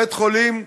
בית חולים כזה,